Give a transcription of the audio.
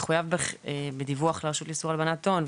מחויב בדיווח לרשות לאיסור הלבנת הון,